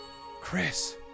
Chris